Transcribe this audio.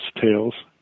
tales